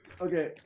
Okay